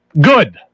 Good